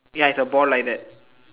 ya it's like a ball like that